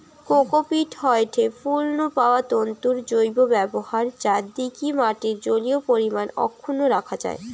cocopeat হয়ঠে ফল নু পাওয়া তন্তুর জৈব ব্যবহার যা দিকি মাটির জলীয় পরিমাণ অক্ষুন্ন রাখা যায়